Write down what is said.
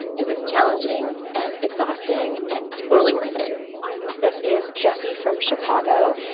it was challenging and exhausting and totally worth it this is jessie from chicago,